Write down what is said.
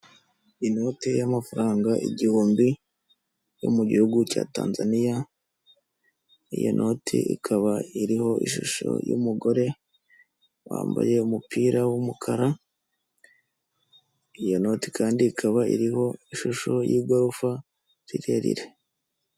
Inote y'amafaranga igihumbi yo mu gihugu cya Tanzaniya, iyo noti ikaba ariho ishusho y'umugore wambaye umupira w'umukara, iyo noti kandi ikaba iriho ishusho y'igorofa rirerire.